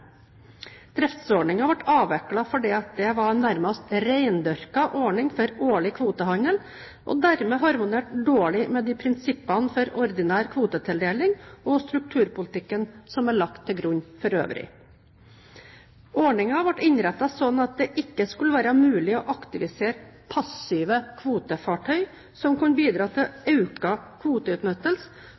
ble avviklet fordi den var en nærmest rendyrket ordning for årlig kvotehandel og dermed harmonerte dårlig med de prinsippene for ordinær kvotetildeling og den strukturpolitikken som er lagt til grunn for øvrig. Ordningen ble innrettet slik at det ikke skulle være mulig å aktivisere passive kvotefartøy som kunne bidra til økt kvoteutnyttelse